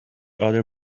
other